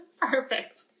Perfect